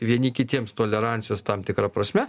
vieni kitiems tolerancijos tam tikra prasme